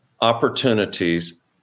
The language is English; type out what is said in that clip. opportunities